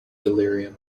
delirium